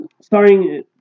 Starring